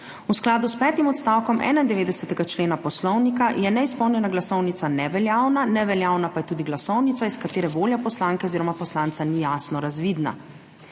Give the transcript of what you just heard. V skladu s petim odstavkom 91. člena Poslovnika je neizpolnjena glasovnica neveljavna, neveljavna pa je tudi glasovnica, iz katere volja poslanke oziroma poslanca ni jasno razvidna.